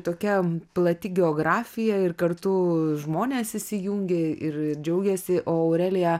tokia plati geografija ir kartu žmonės įsijungė ir džiaugėsi aurelija